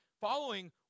following